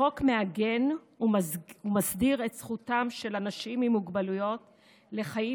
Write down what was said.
החוק מעגן ומסדיר את זכותם של אנשים עם מוגבלויות לחיים